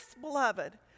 beloved